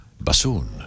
Bassoon